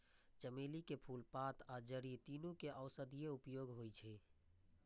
चमेली के फूल, पात आ जड़ि, तीनू के औषधीय उपयोग होइ छै